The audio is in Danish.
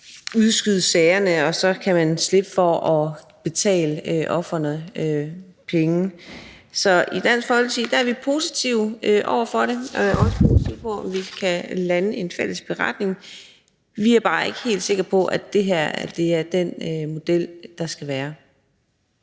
udskyde sagerne, og så kan man slippe for at betale ofrene penge. Så i Dansk Folkeparti er vi positive over for det og også positive over for, at vi kan lande en fælles beretning. Vi er bare ikke helt sikre på, at det her er den model, det skal være.